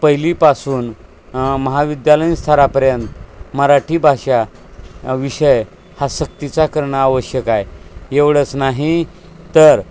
पहिलीपासून महाविद्यालयीन स्तरापर्यंत मराठी भाषा विषय हा सक्तीचा करणं आवश्यक आहे एवढंच नाही तर